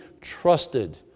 trusted